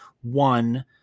One